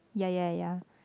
ya ya ya